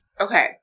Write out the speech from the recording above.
Okay